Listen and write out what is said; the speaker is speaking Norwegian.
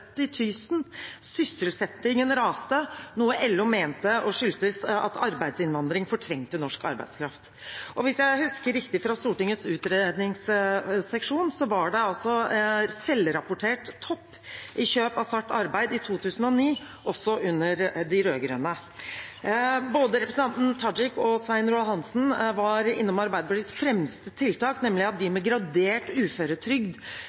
Sysselsettingen raste, noe LO mente skyldtes at arbeidsinnvandring fortrengte norsk arbeidskraft. Hvis jeg husker riktig – fra Stortingets utredningsseksjon – var det en selvrapportert topp i kjøp av svart arbeid i 2009, også det under de rød-grønne. Både representanten Tajik og Svein Roald Hansen var innom Arbeiderpartiets fremste tiltak, nemlig at de med gradert uføretrygd